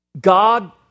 God